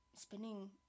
spending